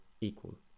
equal